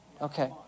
okay